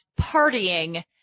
partying